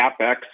CapEx